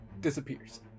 disappears